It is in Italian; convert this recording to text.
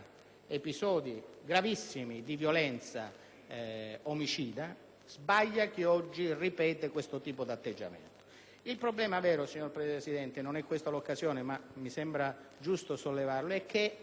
episodi gravissimi di violenza omicida; sbaglia chi oggi ripete questo tipo di atteggiamento. Signor Presidente, non è questa l'occasione adatta, ma mi sembra giusto rilevare che